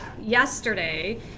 yesterday